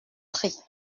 pris